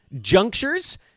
junctures